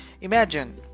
imagine